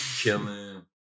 killing